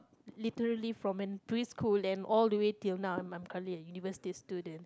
literally from in preschool and all the way till now I'm I'm currently a University student